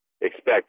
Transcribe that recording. expect